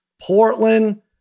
Portland